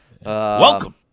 Welcome